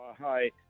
Hi